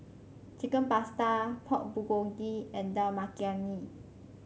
Chicken Pasta Pork Bulgogi and Dal Makhani